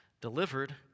delivered